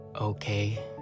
Okay